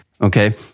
okay